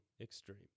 extreme